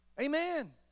Amen